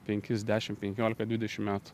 penkis dešim penkiolika dvidešim metų